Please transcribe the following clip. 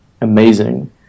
amazing